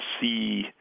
see